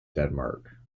denmark